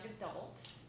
adult